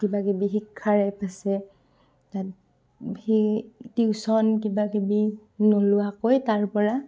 কিবা কিবি শিক্ষাৰ এপ আছে তাত সেই টিউশ্যন কিবা কিবি নোলোৱাকৈ তাৰ পৰা